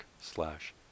slash